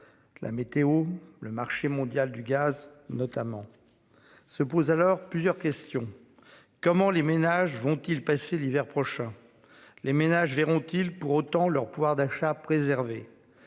La météo, le marché mondial du gaz notamment. Se pose alors plusieurs questions. Comment les ménages vont-ils passer l'hiver prochain. Les ménages verront-ils pour autant leur pouvoir d'achat préserver.